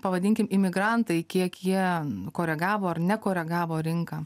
pavadinkim imigrantai kiek jie koregavo ar nekoregavo rinką